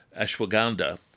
ashwagandha